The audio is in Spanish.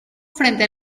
frente